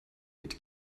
mit